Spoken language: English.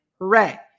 Hooray